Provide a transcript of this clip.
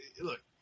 Look